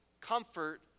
comfort